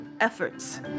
efforts